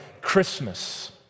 Christmas